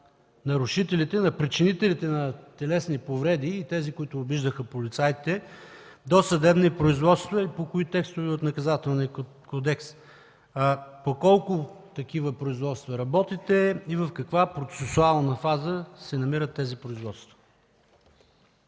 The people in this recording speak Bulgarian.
на нарушителите, на причинителите на телесни повреди и на тези, които обиждаха полицаите, досъдебни производства и по кои текстове от Наказателния кодекс? По колко такива производства работите и в каква процесуална фаза се намират тези производства?